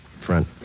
Front